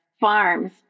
farms